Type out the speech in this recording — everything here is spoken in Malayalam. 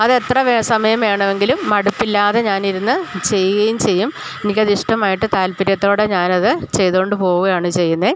അത് എത്ര സമയം വേണമെങ്കിലും മടുപ്പില്ലാതെ ഞാൻ ഇരുന്ന് ചെയ്യുകയും ചെയ്യും എനിക്ക് അതിഷ്ടമായിട്ട് താല്പര്യത്തോടെ ഞാൻ അത് ചെയ്തോണ്ട് പോവയാണ് ചെയ്യുന്നത്